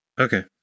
Okay